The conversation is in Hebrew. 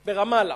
ברמאללה,